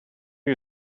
you